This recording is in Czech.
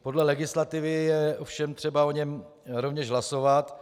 Podle legislativy je ovšem třeba o něm rovněž hlasovat.